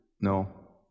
No